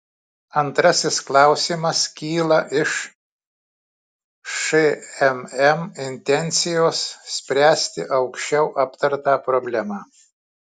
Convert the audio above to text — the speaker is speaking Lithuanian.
antrasis klausimas kyla iš šmm intencijos spręsti aukščiau aptartą problemą